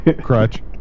Crutch